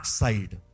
side